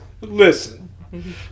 listen